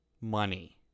money